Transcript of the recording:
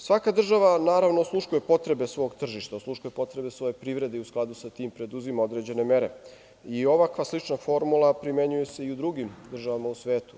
Svaka država, naravno, osluškuje potrebe svog tržišta, osluškuje potrebe svoje privrede i u skladu sa tim preduzima određene mere i ovakva slična formula primenjuje se i u drugim državama u svetu.